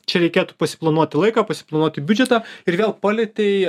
čia reikėtų susiplanuoti laiką pasiplanuoti biudžetą ir vėl palietei